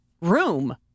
room